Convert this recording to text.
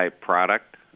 product